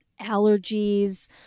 allergies